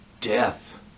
Death